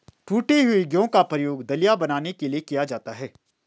टूटे हुए गेहूं का प्रयोग दलिया बनाने के लिए किया जाता है